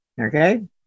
okay